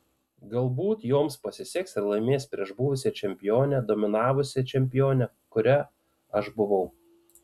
galbūt joms pasiseks ir laimės prieš buvusią čempionę dominavusią čempionę kuria aš buvau